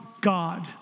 God